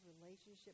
relationship